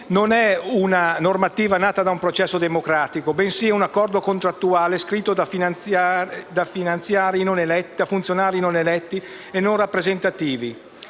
non è una normativa nata da un processo democratico, bensì un accordo contrattuale scritto da funzionari non eletti e non rappresentativi.